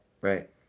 Right